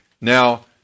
now